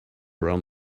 around